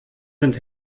sind